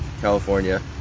California